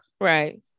right